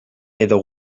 edo